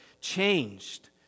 changed